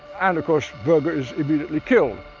and of course voggr is immediately killed.